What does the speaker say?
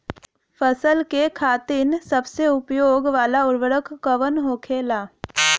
फसल के खातिन सबसे उपयोग वाला उर्वरक कवन होखेला?